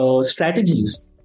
strategies